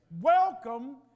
Welcome